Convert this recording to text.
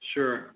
Sure